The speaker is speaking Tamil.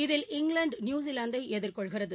இதில் இங்கிலாந்து நியுசிலாந்தைஎதிர்கொள்கிறது